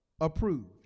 approved